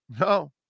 no